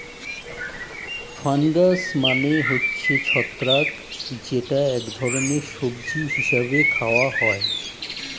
fungus মানে হচ্ছে ছত্রাক যেটা এক ধরনের সবজি হিসেবে খাওয়া হয়